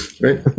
right